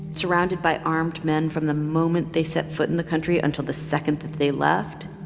surrounded by armed men from the moment they set foot in the country until the second that they left,